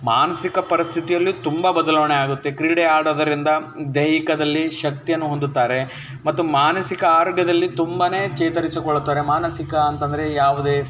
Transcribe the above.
ಮಾನಸಿಕ ಪರಿಸ್ಥಿತಿಯಲ್ಲಿ ತುಂಬ ಬದಲಾವಣೆ ಆಗುತ್ತೆ ಕ್ರೀಡೆ ಆಡೋದರಿಂದ ದೈಹಿಕದಲ್ಲಿ ಶಕ್ತಿಯನ್ನು ಹೊಂದುತ್ತಾರೆ ಮತ್ತು ಮಾನಸಿಕ ಆರೋಗ್ಯದಲ್ಲಿ ತುಂಬಾ ಚೇತರಿಸಿಕೊಳ್ಳುತ್ತಾರೆ ಮಾನಸಿಕ ಅಂತಂದರೆ ಯಾವುದೇ